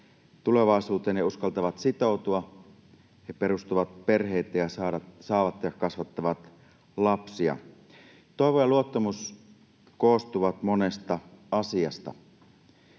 tulevaisuuteen ja uskaltavat sitoutua, he perustavat perheitä ja saavat ja kasvattavat lapsia. Toivo ja luottamus koostuvat monesta asiasta.